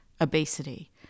Obesity